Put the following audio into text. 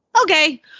Okay